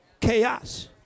Chaos